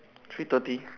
three thirty